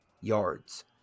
yards